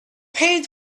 paid